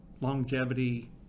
longevity